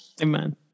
Amen